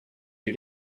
two